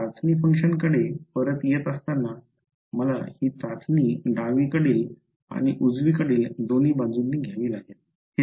चाचणी कार्याकडे परत येत असताना मला ही चाचणी डावीकडील आणि उजवीकडील दोन्ही बाजूंनी घ्यावी लागेल